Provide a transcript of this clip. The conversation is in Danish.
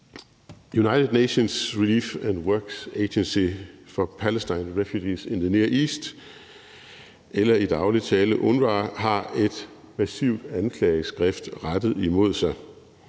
United Nations Relief and Works Agency for Palestine Refugees in the Near East, eller i daglig tale UNRWA, har et massivt anklageskrift rettet imod sig: